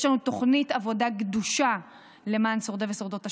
יש לנו תוכנית עבודה גדושה למען שורדי ושורדות השואה,